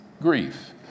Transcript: grief